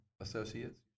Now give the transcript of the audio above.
associates